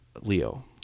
Leo